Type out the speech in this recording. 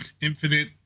Infinite